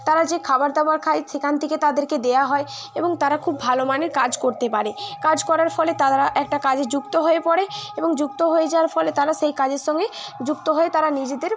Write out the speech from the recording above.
তারা যে খাবার দাবার খায় সেখান থেকে তাদেরকে দেওয়া হয় এবং তারা খুব ভালো মানের কাজ করতে পারে কাজ করার ফলে তার একটা কাজে যুক্ত হয়ে পড়ে এবং যুক্ত হয়ে যাওয়ার ফলে তারা সেই কাজের সঙ্গেই যুক্ত হয়ে তারা নিজেদের